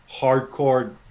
hardcore